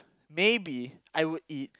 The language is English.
maybe I will eat